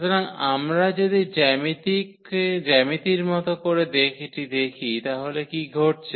সুতরাং আমরা যদি জ্যামিতির মত করে এটি দেখি তাহলে কি ঘটছে